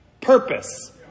purpose